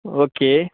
okay